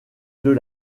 deux